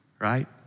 right